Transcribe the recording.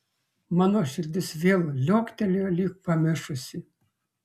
mano širdis vėl liuoktelėjo lyg pamišusi